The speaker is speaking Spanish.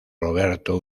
roberto